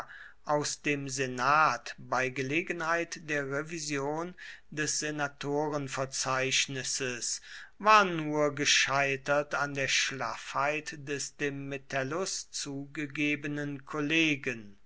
aus dem senat bei gelegenheit der revision des senatorenverzeichnisses war nur gescheitert an der schlaffheit des dem metellus zugegebenen kollegen